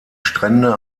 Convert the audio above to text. strände